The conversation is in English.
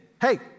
hey